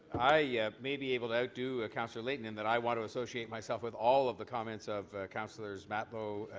i yeah may be able to outdo councillor layton in that i want to associate myself with all of the comments of councillors matlow,